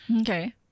Okay